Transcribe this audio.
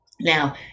now